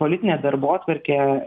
politinėje darbotvarkėje